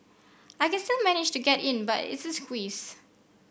I can still manage to get in but it's a squeeze